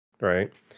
right